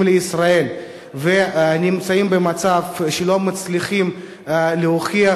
לישראל ונמצאים במצב שהם לא מצליחים להוכיח,